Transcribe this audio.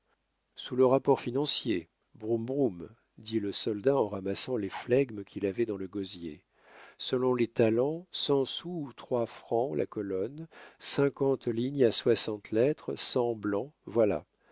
sous le rapport financier broum broum dit le soldat en ramassant les phlegmes qu'il avait dans le gosier selon les talents cent sous ou trois francs la colonne cinquante lignes à soixante lettres sans blancs voilà